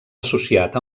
associat